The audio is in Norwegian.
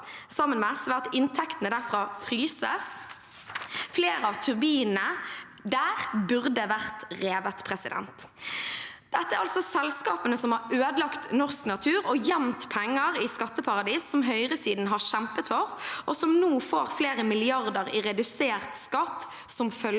sammen med SV, at inntektene derfra fryses. Flere av turbinene der burde vært revet. Dette er altså selskaper som har ødelagt norsk natur og gjemt penger i skatteparadis, som høyresiden har kjempet for, og som nå får flere milliarder i redusert skatt som følge